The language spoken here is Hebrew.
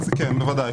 בוודאי.